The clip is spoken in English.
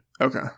Okay